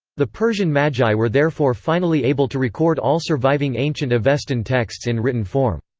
the persian magi were therefore finally able to record all surviving ancient avestan texts in written form.